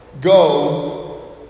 go